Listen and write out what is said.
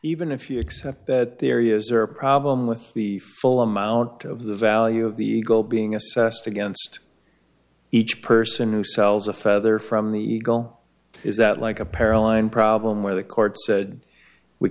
even if you accept that the areas are a problem with the full amount of the value of the eagle being assessed against each person who sells a feather from the eagle is that like a paralyzed problem where the court said we